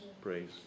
Praise